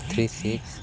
three six